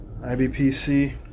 IBPC